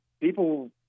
people